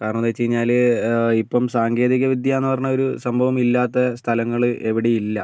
കാരണം എന്തെന്ന് വെച്ച് കഴിഞ്ഞാല് ഇപ്പം സാങ്കേതികവിദ്യ എന്ന് പറഞ്ഞ ഒരു സംഭവം ഇല്ലാത്ത സ്ഥലങ്ങള് എവിടെയും ഇല്ല